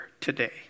today